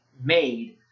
made